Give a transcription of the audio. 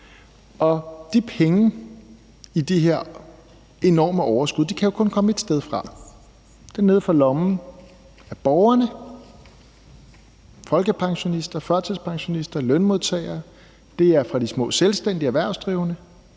De penge i de her enorme overskud kan kun komme ét sted fra, og det er nede fra borgernes lommer, folkepensionister, førtidspensionister, lønmodtagere, det er fra de små selvstændige erhvervsdrivende,